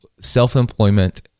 self-employment